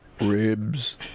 Ribs